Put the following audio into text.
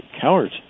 cowards